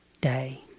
day